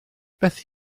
beth